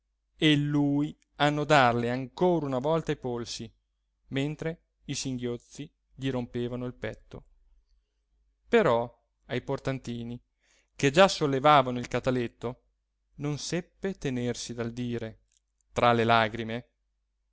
e lui annodarle ancora una volta i polsi mentre i singhiozzi gli rompevano il petto però ai portantini che già sollevavano il cataletto non seppe tenersi dal dire tra le lagrime